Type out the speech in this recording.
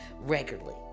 regularly